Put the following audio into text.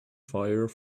fire